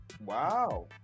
Wow